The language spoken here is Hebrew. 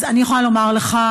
אז אני יכולה לומר לך,